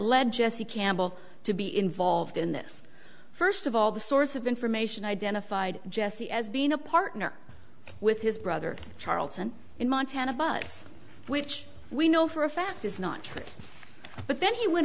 led jesse campbell to be involved in this first of all the source of information identified jesse as being a partner with his brother charlton in montana but which we know for a fact is not true but then he went